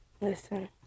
Listen